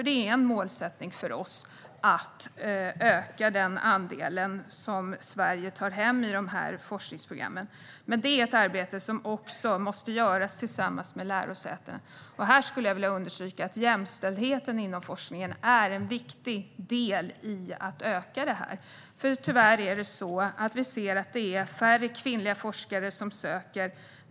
Det är en målsättning för oss att öka den andel som Sverige tar hem i dessa forskningsprogram, men det är ett arbete som måste göras tillsammans med lärosätena. Här skulle jag vilja understryka att jämställdheten inom forskningen är en viktig del i att öka detta. Tyvärr ser vi att det är färre kvinnliga forskare som söker.